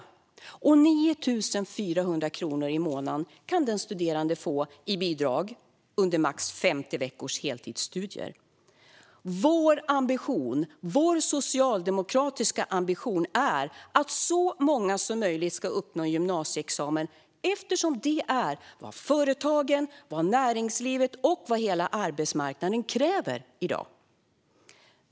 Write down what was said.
Den studerande kan få 9 400 kronor i månaden i bidrag under maximalt 50 veckors heltidsstudier. Vår socialdemokratiska ambition är att så många som möjligt ska uppnå en gymnasieexamen, eftersom det är vad företagen, näringslivet och hela arbetsmarknaden kräver i dag.